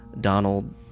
Donald